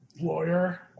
lawyer